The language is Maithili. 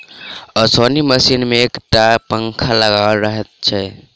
ओसौनी मशीन मे एक टा पंखा लगाओल रहैत छै